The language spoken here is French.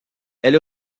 elle